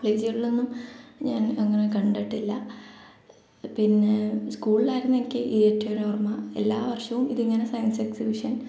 കോളേജുകളിലൊന്നും ഞാൻ അങ്ങനെ കണ്ടട്ടില്ല പിന്നെ സ്കൂളിലായിരുന്നു എനിക്ക് ഏറ്റവും ഓരോർമ എല്ലാ വർഷവും ഇതിങ്ങനെ സയൻസ് എക്സിബിഷൻ